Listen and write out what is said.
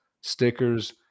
stickers